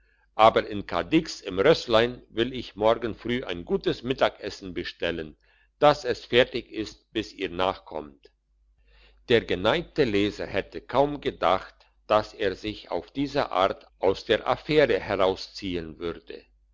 aber in cadix im rösslein will ich morgen früh ein gutes mittagessen bestellen dass es fertig ist bis ihr nachkommt der geneigte leser hätte kaum gedacht dass er sich auf diese art aus der affäre herausziehen würde